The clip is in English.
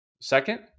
Second